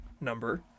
number